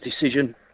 decision